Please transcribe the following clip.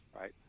Right